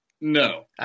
No